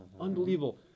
Unbelievable